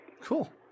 cool